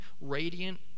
radiant